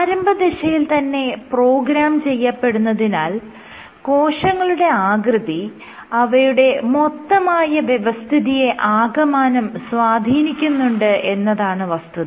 പ്രാരംഭദശയിൽ തന്നെ പ്രോഗ്രാം ചെയ്യപ്പെടുന്നതിനാൽ കോശങ്ങളുടെ ആകൃതി അവയുടെ മൊത്തമായ വ്യവസ്ഥിതിയെ ആകമാനം സ്വാധീനിക്കുന്നുണ്ട് എന്നതാണ് വസ്തുത